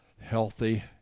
healthy